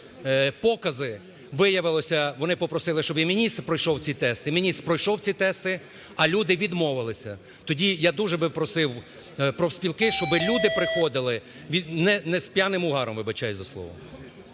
покази. Виявилося, вони попросили, щоб і міністр пройшов ці тести, міністр пройшов ці тести, а люди відмовилися. Тоді я дуже би просив профспілки, щоби люди приходили не з п'яним угаром, вибачаюсь за слово.